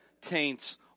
taints